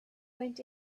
went